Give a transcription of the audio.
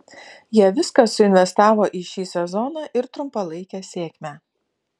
jie viską suinvestavo į šį sezoną ir trumpalaikę sėkmę